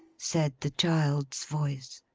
said the child's voice.